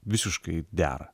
visiškai dera